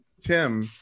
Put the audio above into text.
tim